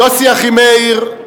יוסי אחימאיר,